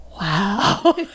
wow